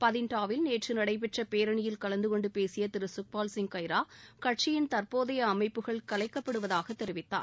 பதின்டாவில் நேற்று நடைபெற்ற பேரணியில் கலந்து கொண்டு பேசிய திரு குக்பால்சிவ் கைரா கட்சியின் தற்போதைய அமைப்புகள் கலைக்கப்படுவதாக தெரிவித்தார்